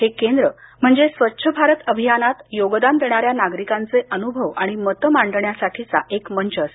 हे केंद्र म्हणजे स्वच्छ भारत अभियानात योगदान देणाऱ्या नागरिकांचे अनुभव आणि मतं मांडण्यासाठीचा एक मंच आहे